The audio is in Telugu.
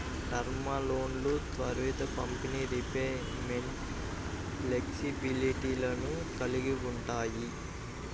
టర్మ్ లోన్లు త్వరిత పంపిణీ, రీపేమెంట్ ఫ్లెక్సిబిలిటీలను కలిగి ఉంటాయి